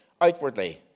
outwardly